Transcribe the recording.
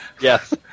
Yes